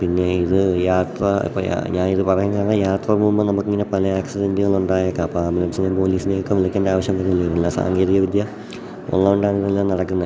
പിന്നെ ഇത് യാത്രാ ഇപ്പം യാ ഞാൻ ഇത് പറയാൻ കാരണം യാത്ര പോകുമ്പം നമുക്കിങ്ങനെ പല ആക്സിഡെൻറ്റ്കളുണ്ടായേക്കാം അപ്പം ആംബുലൻസിനെ പോലീസിനെയൊക്കെ വിളിക്കേണ്ടാവശ്യം പോലും വരുന്നില്ല സാങ്കേതിക വിദ്യ ഉള്ളതു കൊണ്ടാണിതെല്ലാം നടക്കുന്നത്